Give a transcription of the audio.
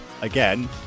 Again